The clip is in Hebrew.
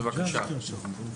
בבקשה.